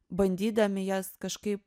bandydami jas kažkaip